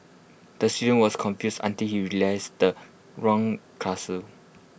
the student was confused until he realised the wrong class